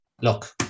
look